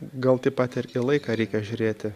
gal taip pat ir į laiką reikia žiūrėti